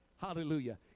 Hallelujah